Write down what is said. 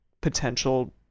potential